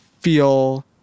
feel